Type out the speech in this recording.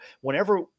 whenever